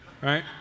right